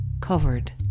covered